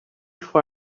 for